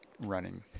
running